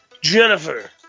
Jennifer